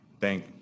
Thank